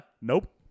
Nope